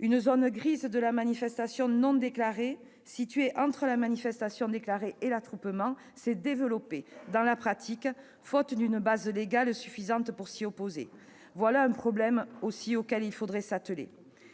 Une zone grise de la manifestation non déclarée, située entre la manifestation déclarée et l'attroupement, s'est développée dans la pratique, faute d'une base légale suffisante pour s'y opposer. Voilà un problème auquel il faudrait aussi